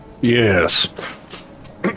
Yes